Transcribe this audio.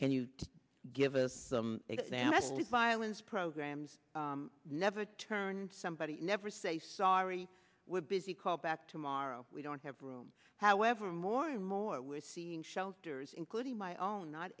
can you give us some examples of violence programs never turn somebody never say sorry we're busy call back tomorrow we don't have room however more and more we're seeing shelters including my own not